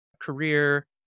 career